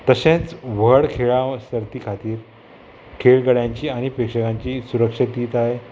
तशेंच व्हड खेळां सर्ती खातीर खेळगड्यांची आनी प्रेक्षकांची सुरक्षा दिताय